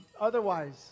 Otherwise